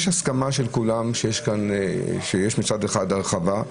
יש הסכמה של כולם שיש מצד אחד הרחבה.